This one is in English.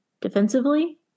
defensively